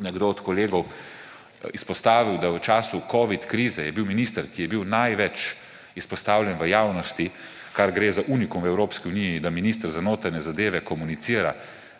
nekdo od kolegov izpostavil, da v času covid krize je bil minister, ki je bil največ izpostavljen v javnosti, kar gre za unikum v Evropski uniji, da minister za notranje zadeve komunicira